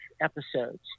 episodes